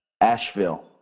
Asheville